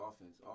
offense